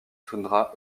toundra